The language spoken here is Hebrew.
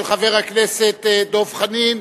של חבר הכנסת דב חנין,